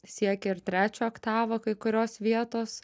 siekia ir trečią oktavą kai kurios vietos